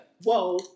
Whoa